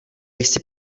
jsi